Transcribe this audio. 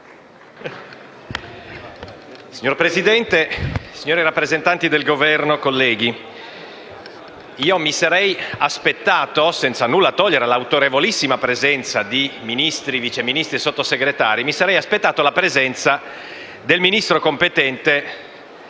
Signor Presidente, signori rappresentanti del Governo, colleghi, senza nulla togliere all'autorevolissima presenza di Ministri, Vice ministri e Sottosegretari, mi sarei aspettato oggi la presenza del ministro Pier